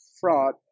fraud